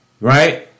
Right